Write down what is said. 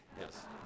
yes